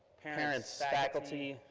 parents, faculty,